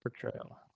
portrayal